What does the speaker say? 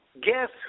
guess